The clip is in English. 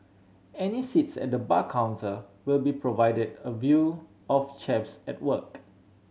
any seats at the bar counter will be provided a view of chefs at work